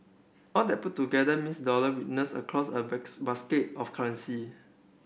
all that put together means dollar weakness across a basket of currency